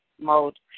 mode